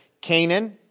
Canaan